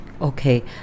Okay